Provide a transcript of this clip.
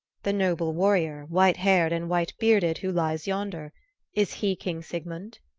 the noble warrior, white-haired and white-bearded, who lies yonder is he king sigmund?